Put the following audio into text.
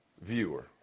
viewer